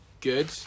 good